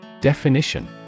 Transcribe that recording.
Definition